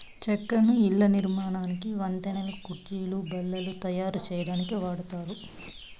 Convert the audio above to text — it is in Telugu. చెక్కను ఇళ్ళ నిర్మాణానికి, వంతెనలు, కుర్చీలు, బల్లలు తాయారు సేయటానికి వాడతారు